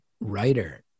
writer